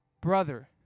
brother